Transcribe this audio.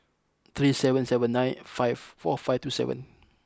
three seven seven nine four five two seven